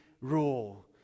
rule